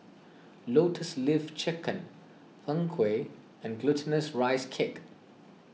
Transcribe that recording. Lotus Leaf Chicken Png Kueh and Glutinous Rice Cake